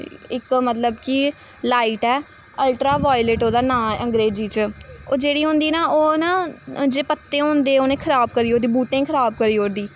इक मतलब कि लाइट ऐ अल्ट्रा वाएलट ओह्दा नांऽ ऐ अंग्रेजी च ओह् जेह्ड़ी होंदी ना ओह् ना जेह्ड़े पत्ते होंदे उ'नेंगी खराब करी ओड़दी बूह्टें गी खराब करी ओड़दी